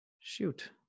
Shoot